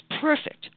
perfect